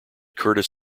curtis